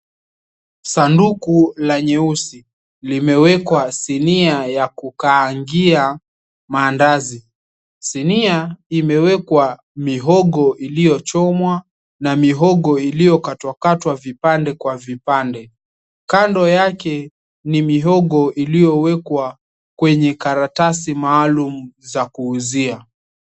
Sanduku la nyeusi limewekwa sinia ya kukaangia maandazi, sinia imewekwa mihogo iliyochomwa na mihogo iliyokatwakatwa vipande kwa vipande, kando yake ni mihogo iliyowekwa kwenye karatasi maalum za kuuzia.